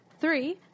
three